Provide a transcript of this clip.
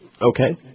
Okay